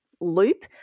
loop